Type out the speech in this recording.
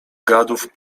gadów